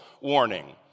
warning